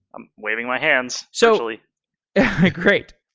i'm waving my hands, so actually great.